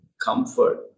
comfort